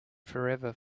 forever